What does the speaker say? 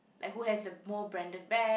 and who the a more branded bag